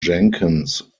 jenkins